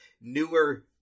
newer